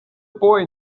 boy